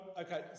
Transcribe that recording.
Okay